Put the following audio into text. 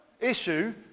issue